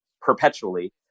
perpetually